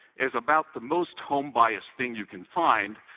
is about the most home-biased thing you can find.